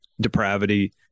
depravity